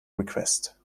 request